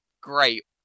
great